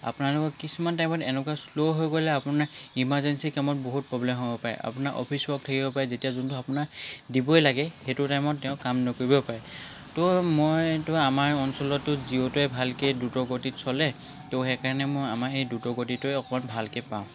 আপোনালোকৰ কিছুমান টাইমত এনেকুৱা শ্ল' হৈ গ'লে আপোনাৰ ইমাৰ্জেঞ্চী কামত বহুত প্ৰবলেম হ'ব পাৰে আপোনাৰ অফিচ ৱৰ্ক থাকিব পাৰে যেতিয়া যোনটো আপোনাৰ দিবই লাগে সেইটো টাইমত তেওঁ কাম নকৰিবও পাৰে তো মই এইটো আমাৰ অঞ্চলততো জিঅ'টোৱে ভালকৈ দ্ৰুতগতিত চলে তো সেইকাৰণে মই আমাৰ সেই দ্ৰুতগতিটোৱে অকণ ভালকৈ পাওঁ